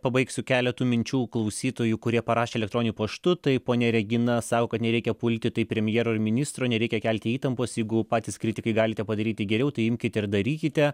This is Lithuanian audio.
pabaigsiu keletu minčių klausytojų kurie parašė elektroniniu paštu taip ponia regina sako kad nereikia pulti taip premjero ir ministro nereikia kelti įtampos jeigu patys kritikai galite padaryti geriau tai imkit ir darykite